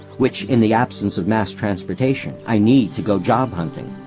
which, in the absence of mass transportation, i need to go job hunting.